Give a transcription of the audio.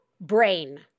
brain